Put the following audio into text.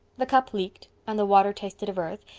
the cup leaked, and the water tasted of earth,